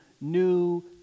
new